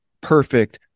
perfect